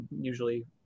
Usually